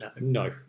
no